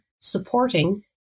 supporting